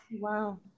wow